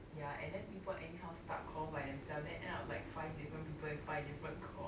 ya and then people anyhow start call by themselves then end up like five different people and five different call